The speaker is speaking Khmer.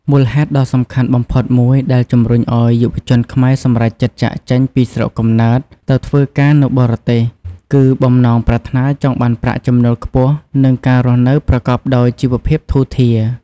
មូលហេតុដ៏សំខាន់បំផុតមួយដែលជំរុញឱ្យយុវជនខ្មែរសម្រេចចិត្តចាកចេញពីស្រុកកំណើតទៅធ្វើការនៅបរទេស គឺបំណងប្រាថ្នាចង់បានប្រាក់ចំណូលខ្ពស់ និងការរស់នៅប្រកបដោយជីវភាពធូរធារ។